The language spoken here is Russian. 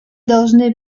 должны